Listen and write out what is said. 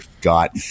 got